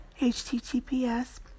https